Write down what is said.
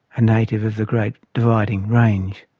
a native of the great dividing range.